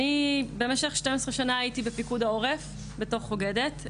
במשך 12 שנה הייתי בפיקוד העורף בתור אוגדת.